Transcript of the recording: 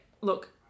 look